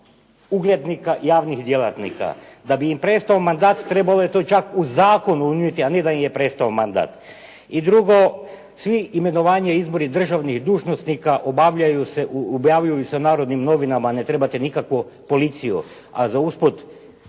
uglednika i javnih djelatnika.". Da bi im prestao mandat trebalo je to čak u zakon unijeti a ne da im je prestao mandat. I drugo imenovanje i izbor državnih dužnosnika objavljuju se u "Narodnim novinama", ne trebate nikakvu policiju